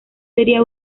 sería